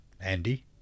Andy